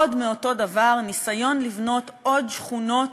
עוד מאותו דבר: ניסיון לבנות עוד שכונות,